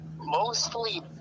Mostly